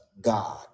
God